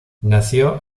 nació